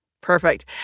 Perfect